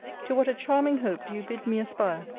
to what a charming hope do you bid me aspire,